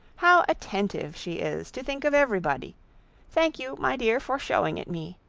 how attentive she is, to think of every body thank you, my dear, for shewing it me.